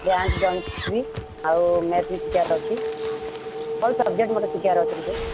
dance join କରିବି ଆଉ music ଶିଖିବାର ଅଛି ସବୁ ସବଜେକ୍ଟ ଶିଖିବାର ଅଛି